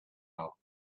aisle